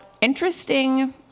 interesting